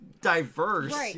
diverse